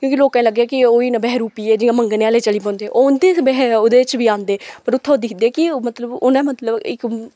क्योंकि लोकें कि लग्गेआ एह् ओह् ही ना बहरुपियै जियां मंगने आहले चली पोंदे ओह् उं'दी ओह्दे च बी आंदे बट उत्थै ओह् दिखदे कि मतलब उ'नें मतलब इक